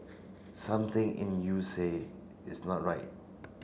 something in you say it's not right